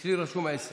אצלי רשום עשר.